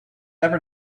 never